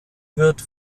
wird